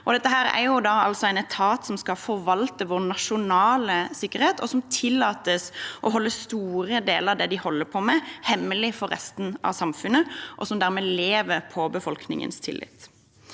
altså en etat som skal forvalte vår nasjonale sikkerhet, og som tillates å holde store deler av det de holder på med, hemmelig for resten av samfunnet og dermed lever på befolkningens tillit.